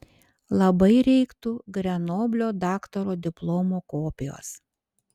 labai reiktų grenoblio daktaro diplomo kopijos